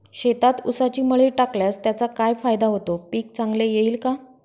शेतात ऊसाची मळी टाकल्यास त्याचा काय फायदा होतो, पीक चांगले येईल का?